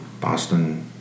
Boston